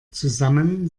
zusammen